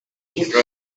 dress